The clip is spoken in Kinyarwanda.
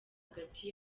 hagati